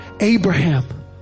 Abraham